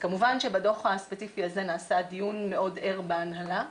כמובן שבדוח הספציפי הזה נעשה דיון מאוד ער בהנהלה,